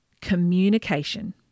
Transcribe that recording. communication